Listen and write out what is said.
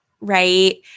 right